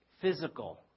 physical